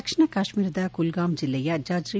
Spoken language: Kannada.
ದಕ್ಷಿಣ ಕಾಶ್ಮೀರದ ಕುಲ್ಗಾಮ್ ಜಿಲ್ಲೆಯ ಜಾಜ್ರೀ